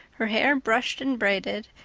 her hair brushed and braided,